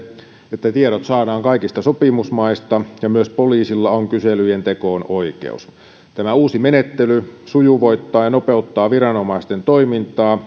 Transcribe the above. että tiedot saadaan kaikista sopimusmaista ja myös poliisilla on kyselyjen tekoon oikeus tämä uusi menettely sujuvoittaa ja nopeuttaa viranomaisten toimintaa